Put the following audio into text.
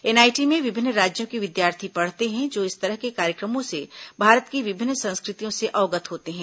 NIT में विभिन्न राज्यों को विद्यार्थी पढ़ते हैं जो इस तरह के कार्यक्रमों से भारत की विभिन्न संस्कृतियों से अवगत होते हैं